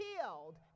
killed